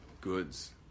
goods